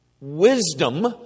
Wisdom